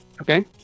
Okay